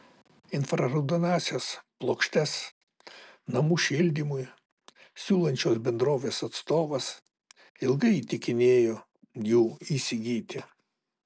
infraraudonąsias plokštes namų šildymui siūlančios bendrovės atstovas ilgai įtikinėjo jų įsigyti